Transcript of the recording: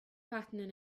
pattern